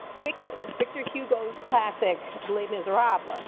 wicked, victor hugo's classic, les miserable. ah